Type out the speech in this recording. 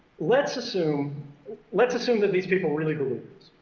let's assume let's assume that these people really believe